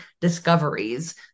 discoveries